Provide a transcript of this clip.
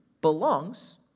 belongs